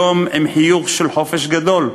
היום עם חיוך של חופש גדול,